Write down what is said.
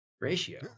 Ratio